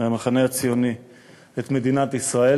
מהמחנה הציוני את מדינת ישראל